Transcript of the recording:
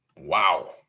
wow